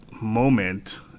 moment